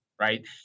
right